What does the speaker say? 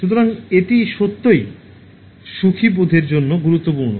সুতরাং এটি সত্যই সুখী বোধের জন্য গুরুত্বপূর্ণ